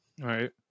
right